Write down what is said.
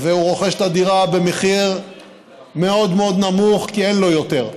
והוא רוכש את הדירה במחיר מאוד מאוד נמוך כי אין לו יותר,